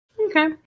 Okay